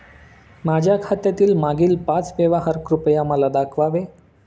माझ्या खात्यातील मागील पाच व्यवहार कृपया मला दाखवावे